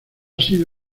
sido